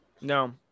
no